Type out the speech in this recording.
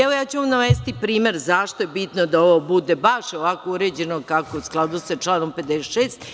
Evo, ja ću vam navesti primer zašto je bitno da ovo bude baš ovako uređeno kako u skladu sa članom 56.